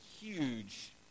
huge